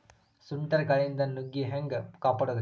ಸುಂಟರ್ ಗಾಳಿಯಿಂದ ನುಗ್ಗಿ ಹ್ಯಾಂಗ ಕಾಪಡೊದ್ರೇ?